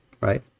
right